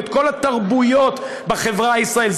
את כל התרבויות בחברה הישראלית.